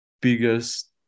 biggest